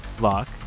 lock